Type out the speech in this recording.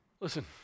Listen